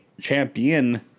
champion